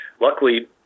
Luckily